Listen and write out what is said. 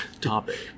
topic